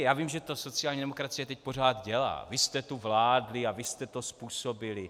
Já vím, že to sociální demokracie teď pořád dělá: Vy jste tu vládli a vy jste to způsobili.